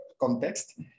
context